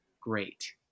great